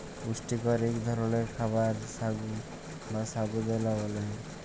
পুষ্টিকর ইক ধরলের খাবার সাগু বা সাবু দালা ব্যালে